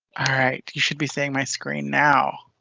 alright you should be seeing my screen now.